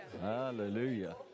Hallelujah